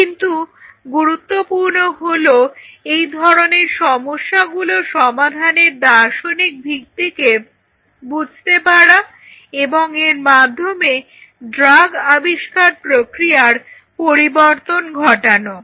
কিন্তু গুরুত্বপূর্ণ হলো এই ধরনের সমস্যাগুলো সমাধানের দার্শনিক ভিত্তিকে বুঝতে পারা এবং এর মাধ্যমে ড্রাগ আবিষ্কার প্রক্রিয়ার পরিবর্তন ঘটানো